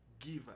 Giver